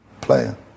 player